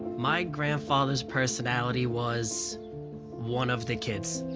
my grandfather's personality was one of the kids.